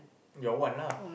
your one lah